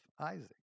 Isaac